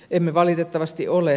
emme valitettavasti ole